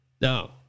No